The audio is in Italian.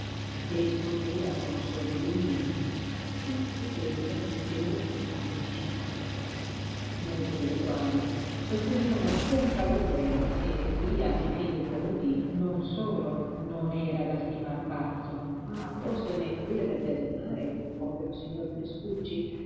e rispondeva con sordi grugniti a tutte quelle ingenuità delle vicine molte delle quali sostenevano con calore che via in fin dei conti non solo non era da stimar pazzo ma forse neppure da biasimare quel povero signor